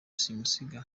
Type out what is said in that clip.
simusiga